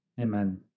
amen